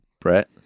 Brett